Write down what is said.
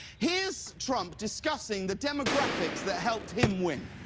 here's trump discussing the demographics that helped him win.